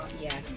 yes